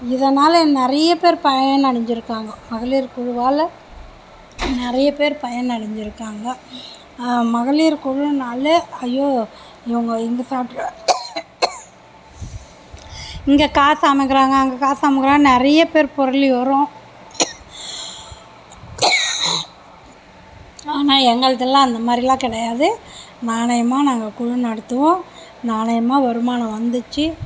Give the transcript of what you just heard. இதனால் நிறைய பேர் பயனடைஞ்சுருக்காங்க மகளிர் குழுவால் நிறையா பேர் பயனடைஞ்சுருக்காங்க மகளிர் குழுவினால ஐயோ இவங்க இங்கே காசு அமுக்குகிறாங்க அங்கே காசு அமுக்குகிறாங்கன்னு நிறையா பேர் புரளி வரும் ஆனால் எங்களுதுலாம் அந்த மாதிரி எல்லாம் கிடையாது நாணயமாக நாங்கள் குழு நடத்துவோம் நாணயமாக வருமானம் வந்துச்சு